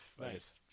Nice